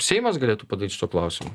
seimas galėtų padaryt šituo klausimu